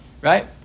right